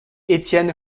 étienne